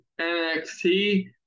NXT